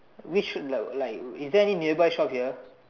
we should like like is there any nearby shops here